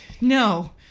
no